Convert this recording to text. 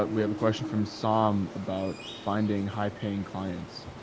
we have a question from somme about finding high paying clients.